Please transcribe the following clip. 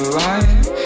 life